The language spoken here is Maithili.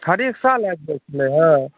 हरेक साल आबि जाइत छलैए